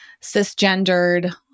cisgendered